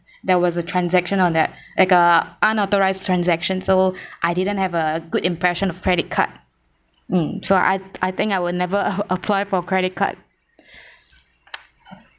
there was a transaction on that like a unauthorised transaction so I didn't have a good impression of credit card um so I I think I would never apply for credit card